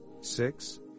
six